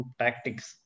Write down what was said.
tactics